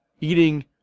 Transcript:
eating